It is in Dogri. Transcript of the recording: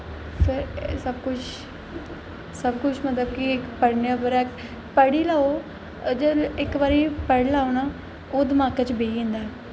फिर एह् सब कुछ मतलब कि पढ़ी लैओ अगर इक बारी पढ़ी लैओ ना ओह् दमाकै च बेही जंदा ऐ